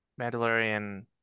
Mandalorian